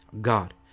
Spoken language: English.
God